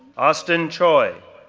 austin choi,